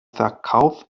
verkauf